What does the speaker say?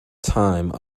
time